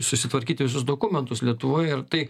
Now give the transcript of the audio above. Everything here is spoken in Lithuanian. susitvarkyti visus dokumentus lietuvoj ir tai